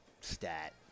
stat